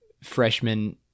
freshman